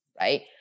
Right